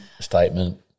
statement